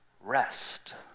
rest